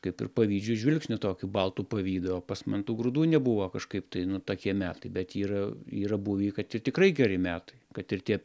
kaip ir pavydžiu žvilgsniu tokiu baltu pavydu o pas man tų grūdų nebuvo kažkaip tai nu tokie metai bet yra yra buvę i kad ir tikrai geri metai kad ir tie